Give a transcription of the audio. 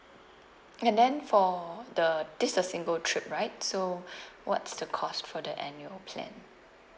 and then for the this is the single trip right so what's the cost for the annual plan